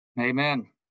Amen